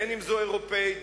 אם אירופית,